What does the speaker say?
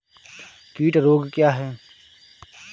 कीट रोग क्या है?